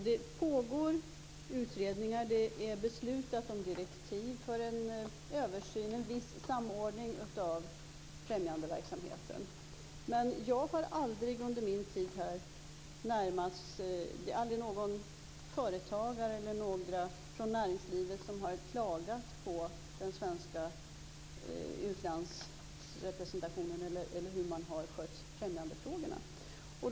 Det pågår utredningar och det har beslutats om direktiv för en översyn och en viss samordning av främjandeverksamheten, men jag har inte under min tid hört någon företagare eller någon annan från näringslivet klaga på den svenska utlandsrepresentationen eller på hur främjandefrågorna har skötts.